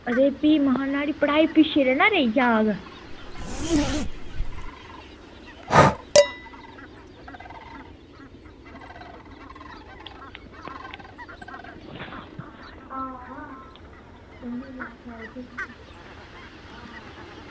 अते फ्ही महां नुहाड़ी पढ़ाई पिच्छें नेईं ना रेही जाह्ग